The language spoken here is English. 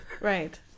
right